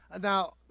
Now